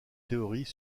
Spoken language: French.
théories